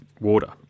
water